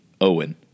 Owen